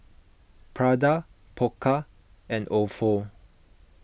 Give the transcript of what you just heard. Prada Pokka and Ofo